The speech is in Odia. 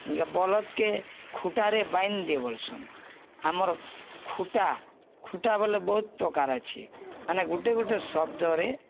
ବଲଦ୍କେ ଖୁଟାରେ ବାଇନ୍ ଦେ ବଲ୍ସନ୍ ଆମର୍ ଖୁଟା ଖୁଟା ବୋଏଲେ ବହୁତ୍ ପ୍ରକାର୍ ଅଛେ ମାନେ ଗୁଟେ ଗୁଟେ ଶବ୍ଦରେ